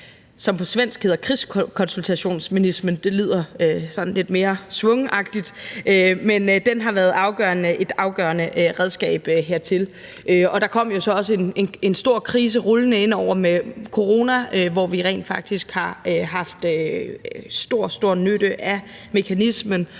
som på svensk hedder kriskonsultationmekanism – det lyder sådan lidt mere schwungagtigt – har været et afgørende redskab hertil. Og der kom jo så også en stor krise rullende indover med corona, hvor vi rent faktisk har haft stor, stor nytte af mekanismen